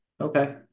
Okay